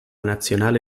nazionale